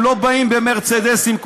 הם לא באים להפגנות במרצדסים,